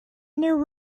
new